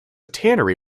tannery